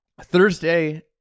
Thursday